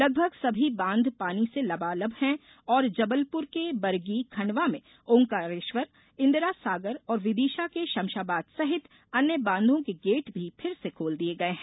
लगभग सभी बांध पानी से लबालब है और जबलपुर के बरगी खंडवा में ओंकारेश्वर इंदिरा सागर और विदिशा के शमशाबाद सहित अन्य बांधों के गेट भी फिर से खोल दिए गए हैं